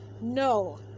No